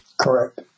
Correct